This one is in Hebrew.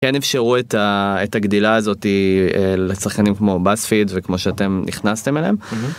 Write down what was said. כן אפשרו את הגדילה הזאת לצרכנים כמו בספיד וכמו שאתם נכנסתם אליהם.